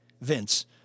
Vince